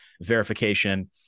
verification